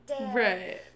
Right